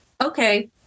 okay